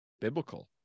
biblical